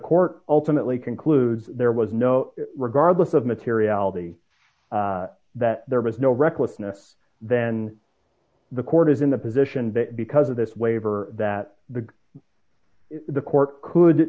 court ultimately concludes there was no regardless of materiality that there was no recklessness then the court is in the position that because of this waiver that the the court could